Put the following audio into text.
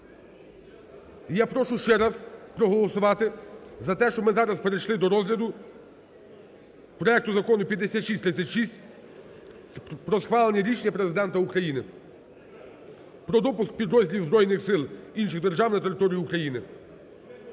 Я прошу ще раз проголосувати за те, щоб ми зараз перейшли до розгляду проекту Закону 5636 про схвалення рішення Президента України про допуск підрозділів збройних сил інших держав на територію України.